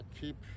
keep